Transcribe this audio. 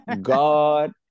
God